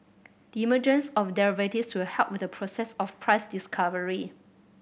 the emergence of derivatives will help with the process of price discovery